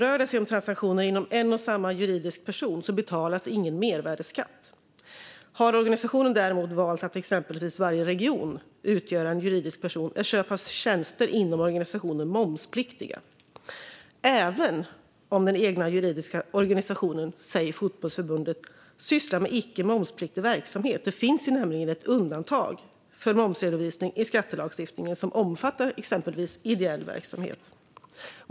Rör det sig om transaktioner inom en och samma juridiska person betalas ingen mervärdesskatt. Har organisationen däremot valt att göra exempelvis varje region till en juridisk person är köp av tjänster inom organisationen momspliktiga, även om den egna juridiska organisationen, säg fotbollsförbundet, sysslar med icke momspliktig verksamhet. Det finns nämligen ett undantag för momsredovisning i skattelagstiftningen som omfattar exempelvis ideell verksamhet.